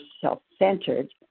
self-centered